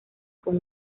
con